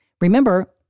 Remember